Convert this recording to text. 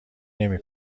نمی